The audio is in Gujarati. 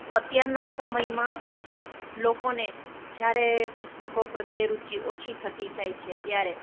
અત્યારના સમયમાં લોકોને જ્યારે પુસ્તકો પ્રત્યે રુચી ઓછી થતી જાય છે ત્યારે